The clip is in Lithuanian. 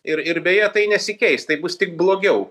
ir ir beje tai nesikeis tai bus tik blogiau